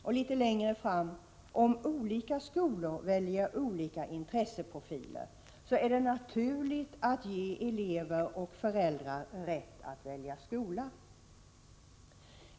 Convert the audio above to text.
Vidare står det: Om olika skolor väljer olika intresseprofiler är det naturligt att ge elever och föräldrar rätt att välja skola.